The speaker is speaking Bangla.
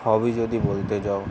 হবি যদি বলতে যাও